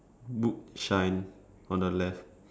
book shine on the left